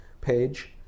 page